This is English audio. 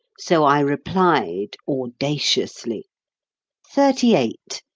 so i replied audaciously thirty-eight.